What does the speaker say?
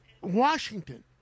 Washington